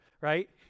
right